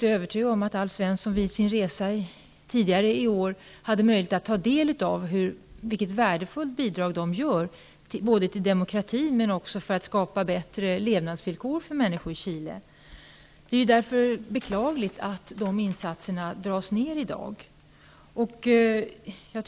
Jag är övertygad om att Alf Svensson vid sin resa tidigare i år hade möjlighet att ta del av vilket värdefullt bidrag de utgör till demokratin och för att skapa bättre levnadsvillkor för människor i Chile. Därför är det beklagligt att de insatserna dras ner i dag.